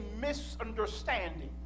misunderstanding